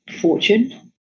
fortune